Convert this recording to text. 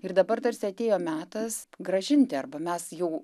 ir dabar tarsi atėjo metas grąžinti arba mes jau